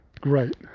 great